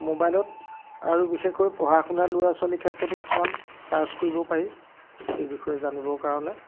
ম'বাইলত আৰু বিশেষকৈ পঢ়া শুনা ল'ৰা ছোৱালী ক্ষেত্ৰতো কিছুমান ছাৰ্চ কৰিব পাৰি সেই বিষয়ে জানিবৰ কাৰণে